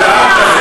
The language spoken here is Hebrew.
למה?